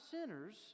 sinners